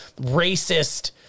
racist